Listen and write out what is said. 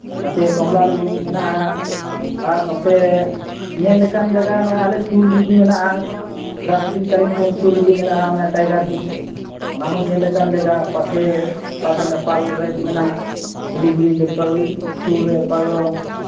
ᱱᱚᱛᱮ ᱠᱚᱢᱞᱟ ᱞᱮᱵᱩ ᱢᱮᱱᱟᱜᱼᱟ ᱟᱨ ᱱᱚᱛᱮ ᱧᱮᱞ ᱞᱮᱠᱟᱱ ᱡᱟᱭᱜᱟ ᱱᱚᱜᱼᱚᱭ ᱟᱞᱮ ᱥᱩᱨ ᱨᱮᱜᱮ ᱢᱮᱱᱟᱜᱼᱟ ᱫᱟᱨᱡᱤᱞᱤᱝ ᱠᱟᱞᱤᱝᱯᱚᱝ ᱥᱩᱨ ᱨᱮᱜᱮ ᱢᱮᱱᱟᱜᱼᱟ ᱴᱟᱭᱜᱟᱨᱦᱤᱞ ᱚᱱᱟᱦᱚᱸ ᱧᱮᱞ ᱞᱮᱠᱟᱱ ᱡᱟᱭᱜᱟ ᱯᱟᱥᱮᱡ ᱚᱠᱟ ᱫᱚ ᱱᱮᱯᱟᱞ ᱨᱮ ᱢᱮᱱᱟᱜ ᱥᱤᱞᱤᱜᱩᱲᱤ ᱡᱚᱞᱯᱟᱭᱜᱩᱲᱤ ᱥᱩᱨ ᱨᱮ ᱚᱠᱟ ᱫᱚ